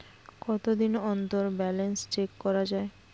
কতদিন অন্তর balance check করা য়ায়?